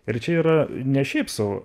ir čia yra ne šiaip sau